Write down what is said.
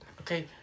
Okay